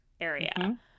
area